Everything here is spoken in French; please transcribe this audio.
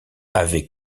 avait